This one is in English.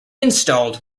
installed